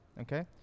okay